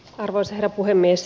arvoisa herra puhemies